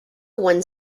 won